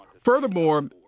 Furthermore